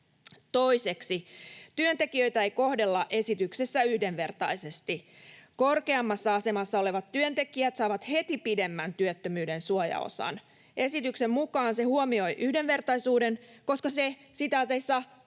Toiseksi: Työntekijöitä ei kohdella esityksessä yhdenvertaisesti. Korkeammassa asemassa olevat työntekijät saavat heti pidemmän työttömyyden suojaosan. Esityksen mukaan se huomioi yhdenvertaisuuden, koska se ”parantaa”